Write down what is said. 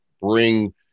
bring